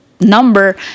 number